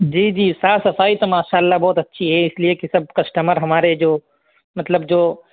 جی جی صاف صفائی تو ماشاء اللہ بہت اچھی ہے اس لیے کہ سب کسٹمر ہمارے جو مطلب جو